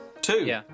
Two